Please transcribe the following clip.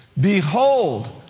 Behold